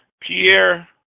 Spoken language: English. Pierre